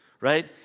right